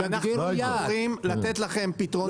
אנחנו רוצים לתת לכם פתרונות,